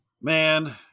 man